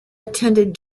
attended